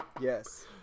Yes